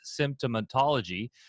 symptomatology